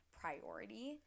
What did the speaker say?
priority